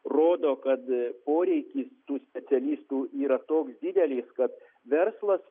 rodo kad poreikis tų specialistų yra toks didelis kad verslas